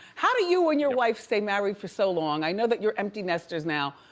how do you and your wife stay married for so long? i know that you're empty nesters now,